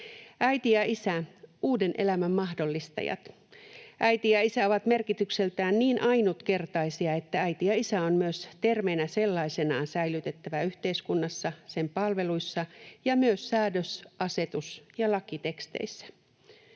Äiti ja isä, uuden elämän mahdollistajat. Äiti ja isä ovat merkitykseltään niin ainutkertaisia, että äiti ja isä on myös termeinä sellaisenaan säilytettävä yhteiskunnassa, sen palveluissa ja myös säädös-, asetus- ja lakiteksteissä.